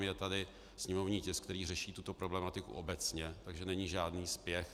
Je tady sněmovní tisk, který řeší tuto problematiku obecně, takže není žádný spěch.